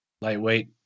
Lightweight